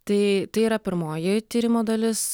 tai tai yra pirmoji tyrimo dalis